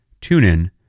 TuneIn